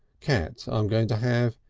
cat i'm going to have,